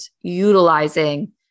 utilizing